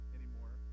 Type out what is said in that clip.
anymore